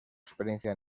experiencia